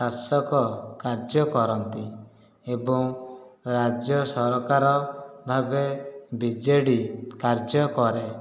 ଶାସକ କାର୍ଯ୍ୟ କରନ୍ତି ଏବଂ ରାଜ୍ୟ ସରକାର ଭାବେ ବିଜେଡ଼ି କାର୍ଯ୍ୟ କରେ